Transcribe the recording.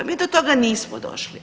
Mi do toga nismo došli.